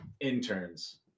interns